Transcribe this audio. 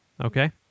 Okay